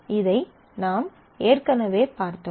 இதை நாம் ஏற்கனவே பார்த்தோம்